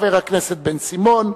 חבר הכנסת דניאל בן-סימון,